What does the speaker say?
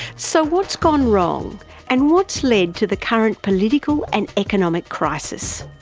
so, what's gone wrong and what's led to the current political and economic crisis?